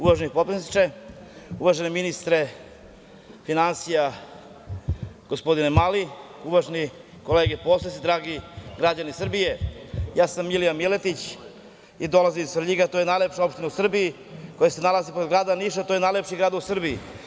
Uvaženi potpredsedniče, uvaženi ministre finansija, gospodine Mali, uvažene kolege poslanici, dragi građani Srbije, ja sam Milija Miletić i dolazim iz Svrljiga, najlepše opštine u Srbiji, koja se nalazi pored grada Niša, koji je najlepši grad u Srbiji.